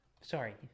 Sorry